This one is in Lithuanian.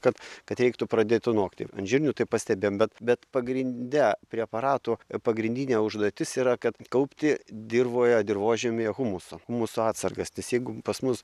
kad kad reiktų pradėti nokti ant žirnių tai pastebėjom bet bet pagrinde preparatų pagrindinė užduotis yra kad kaupti dirvoje dirvožemyje humuso mūsų atsargas tas jeigu pas mus